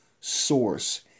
source